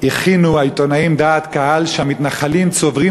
הכינו העיתונאים דעת קהל שהמתנחלים צוברים